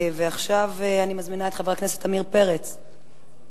אני מזמינה את חבר הכנסת עמיר פרץ לעלות.